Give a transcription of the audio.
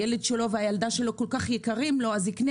הילד שלו והילדה שלו כל כך יקרים לו אז הוא יקנה